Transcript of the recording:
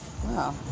Wow